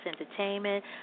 Entertainment